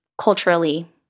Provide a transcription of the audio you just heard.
culturally